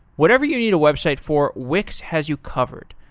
whatever you need a website for, wix has you covered.